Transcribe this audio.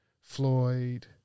Floyd